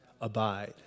Abide